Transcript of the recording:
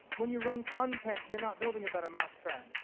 when you run content, you're not building a better mousetrap.